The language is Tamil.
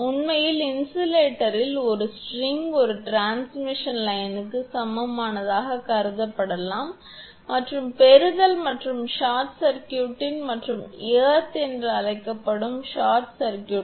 உண்மையில் இன்சுலேட்டர்களின் ஒரு ஸ்ட்ரிங் ஒரு டிரான்ஸ்மிஷன் லைனுக்கு சமமானதாகக் கருதப்படலாம் மற்றும் பெறுதல் மற்றும் ஷார்ட் சர்க்யூட் மற்றும் எர்த் என்று அழைக்கப்படும் ஷார்ட் சர்க்யூட்